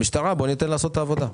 בואו ניתן למשטרה לעשות את העבודה.